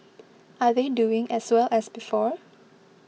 are they doing as well as before